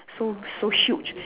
so so huge